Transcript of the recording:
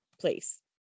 place